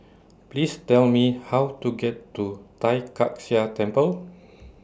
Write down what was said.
Please Tell Me How to get to Tai Kak Seah Temple